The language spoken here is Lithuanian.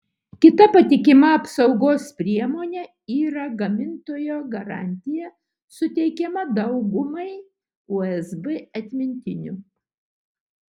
kita patikima apsaugos priemonė yra gamintojo garantija suteikiama daugumai usb atmintinių